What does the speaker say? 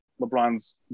LeBron's